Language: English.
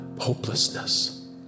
hopelessness